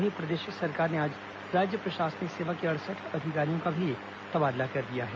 वहीं प्रदेश सरकार ने आज राज्य प्रशासनिक सेवा के अड़सठ अधिकारियों का भी तबादला कर दिया है